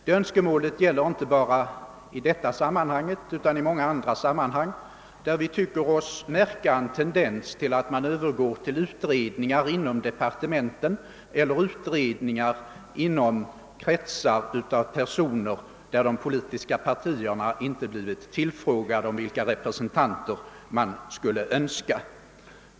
Det önskemålet gäller inte bara i denna fråga utan i många andra sammanhang, där vi tycker oss märka en tendens till att man övergår till utredningar inom departementen eller inom kretsar av personer, där de politiska partierna inte blivit tillfrågade om vilka representanter de skulle önska.